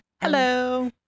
Hello